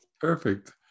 perfect